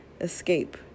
escape